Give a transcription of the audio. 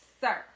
sir